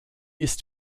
ist